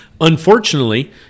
unfortunately